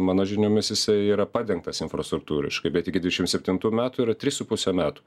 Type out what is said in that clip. mano žiniomis jisai yra padengtas infrastruktūriškai bet iki dvidešim septintų metų yra trys su puse metų